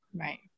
Right